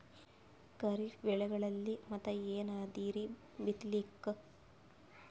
ಖರೀಫ್ ಬೆಳೆಗಳಲ್ಲಿ ಮತ್ ಏನ್ ಅದರೀ ಬಿತ್ತಲಿಕ್?